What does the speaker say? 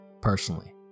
personally